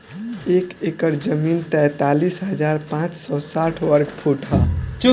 एक एकड़ जमीन तैंतालीस हजार पांच सौ साठ वर्ग फुट ह